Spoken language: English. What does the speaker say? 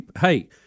Hey